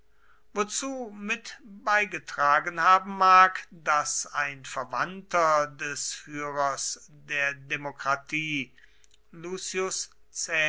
wozu mit beigetragen haben mag daß ein verwandter des führers der demokratie lucius